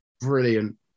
Brilliant